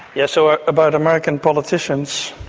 yeah so, ah about american politicians,